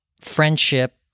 friendship